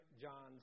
John's